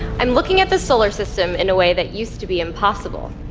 i'm looking at the solar system in a way that used to be impossible.